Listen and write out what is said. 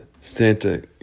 Santa